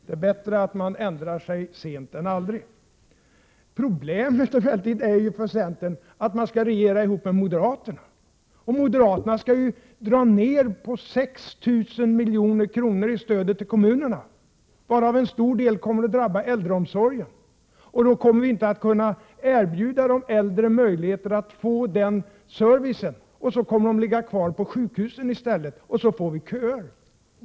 Det är bättre att ändra sig sent än aldrig. Problemet för centern är emellertid att man skall regera ihop med moderaterna. Och moderaterna skall ju dra ned med 6 000 milj.kr. på stödet till kommunerna, varav en stor del kommer att drabba äldreomsorgen. I så fall skulle vi inte kunna erbjuda de äldre möjligheter att få den service de behöver. De kommer att ligga kvar på sjukhusen i stället, och då får vi köer.